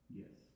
yes